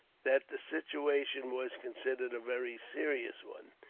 that the situation was considered a very serious one.